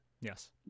Yes